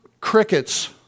crickets